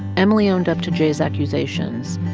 emily owned up to j's accusations,